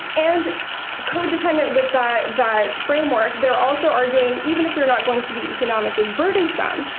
and codependent with that that framework they're also arguing even if they're not going to be economically burdensome,